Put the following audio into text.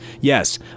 Yes